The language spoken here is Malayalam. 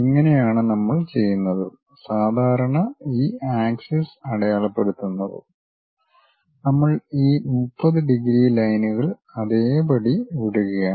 ഇങ്ങനെ ആണ് നമ്മൾ ചെയ്യുന്നതും സാധാരണ ഈ ആക്സിസ് അടയാളപ്പെടുത്തുന്നതും നമ്മൾ ഈ 30 ഡിഗ്രി ലൈനുകൾ അതേപടി വിടുകയാണ്